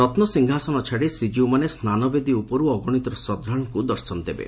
ରନସିଂହାସନ ଛାଡି ଶ୍ରୀକୀଉମାନେ ସ୍ୱାନବେଦୀ ଉପରୁ ଅଗଣିତ ଶ୍ରଦ୍ଧାଳୁଙ୍କୁ ଦର୍ଶନ ଦେବେ